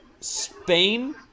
Spain